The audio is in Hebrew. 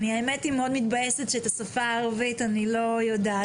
אני מאוד מתבאסת שאת השפה הערבית אני לא יודעת.